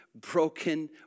broken